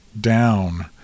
down